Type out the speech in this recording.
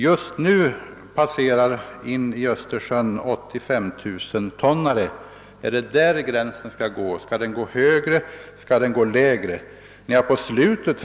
Just nu passerar 85 000-tonnare in i Östersjön. Skall gränsen sättas vid denna storlek eller skall den ligga högre eller lägre?